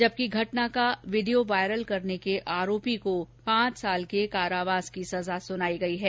जबकि घटना का वीडियो वायरल करने वाले आरोपी को पांच साल के कारावास की सजा सुनाई गयी है